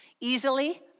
easily